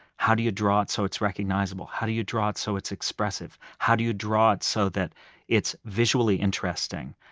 how do you draw it so it's recognizable? how do you draw it so it's expressive? how do you draw it so that it's visually interesting?